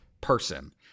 person